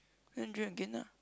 then drink again lah